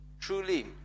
truly